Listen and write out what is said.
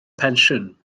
pensiwn